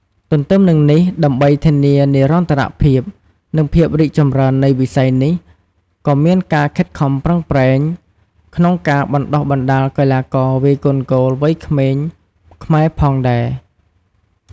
ទទ្ទឹមនឹងនេះ ដើម្បីធានានិរន្តរភាព និងភាពរីកចម្រើននៃវិស័យនេះ ក៏មានកិច្ចខិតខំប្រឹងប្រែងក្នុងការបណ្ដុះបណ្ដាលកីឡាករវាយកូនហ្គោលវ័យក្មេងខ្មែរផងដែរ។